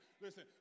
listen